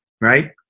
right